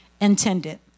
intended